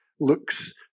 looks